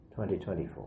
2024